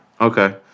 Okay